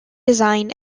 design